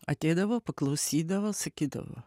ateidavo paklausydavo sakydavo